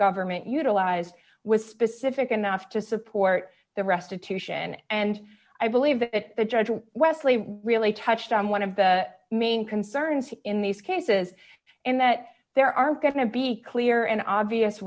government utilized was specific enough to support the restitution and i believe that the judge wesley really touched on one of the main concerns in these cases and that there are going to be clear and obvious